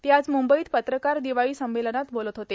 ते आज मुंबईत पत्रकार दिवाळी संमेलनात बोलत होते